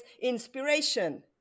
inspiration